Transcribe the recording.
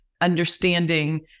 understanding